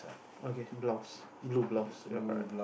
okay blouse blue blouse ya correct